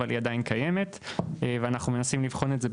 אבל היא עדיין קיימת ואנחנו מנסים לבחון את זה,